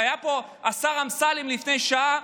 היה פה השר אמסלם לפני שעה,